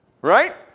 Right